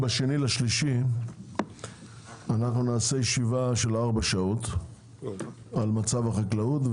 ב-2 במרץ אנחנו נקיים ישיבה של ארבע שעות על מצב החקלאות,